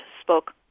spoke